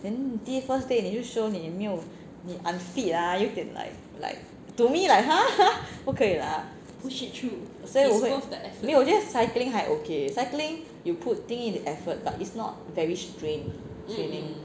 then date first day 你就 show 你没有你 unfit ah 有点 like like to me like !huh! 不可以 lah 所以我会没有我觉得 cycling 还 ok cycling you put in the effort but it's not very strained lah straining